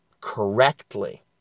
correctly